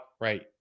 right